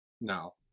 no